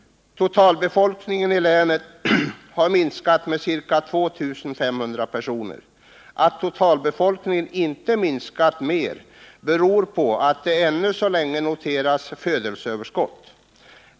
Totalbefolkningen i länet har minskat med ca 2500 personer. Att totalbefolkningen inte minskat mer beror på att det ännu så länge noteras födelseöverskott.